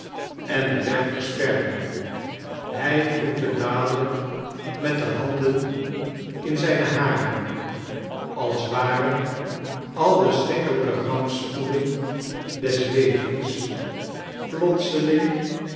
en den weg versperde hij wroette dadelijk met de handen in zijne haren als waren al de schrikkelijke rampspoeden des levens plotseling